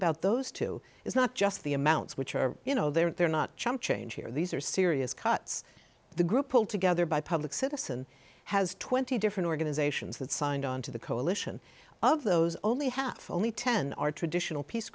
about those two is not just the amounts which are you know they're not chump change here these are serious cuts the group pulled together by public citizen has twenty different organizations that signed on to the coalition of those only half only ten are traditional peace